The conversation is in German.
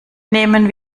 nehmen